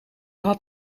had